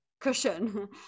cushion